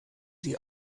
die